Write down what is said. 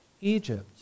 Egypt